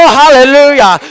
hallelujah